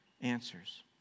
answers